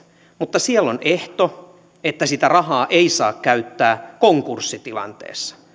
mutta siellä on ehto että sitä rahaa ei saa käyttää konkurssitilanteessa